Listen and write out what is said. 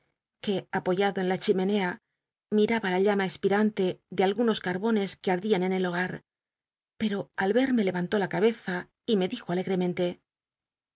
que apoyado en la chimenea miraba la llama espitanle de algunos carbones que ardian en el hogar pero al verme levantó la cabeza y me dijo alegremente